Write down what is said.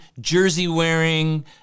jersey-wearing